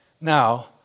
Now